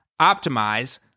optimize